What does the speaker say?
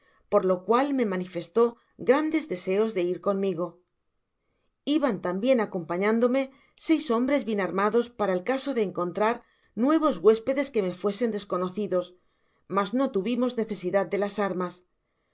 por lo cual me manifestó grandes desees de ir conmigo iban tambien acompañándome seis hombres bien armados para el caso dé encontrar nuevos huéspedes que me fuesen desconocidos mas no tuvimos necesidad de las armas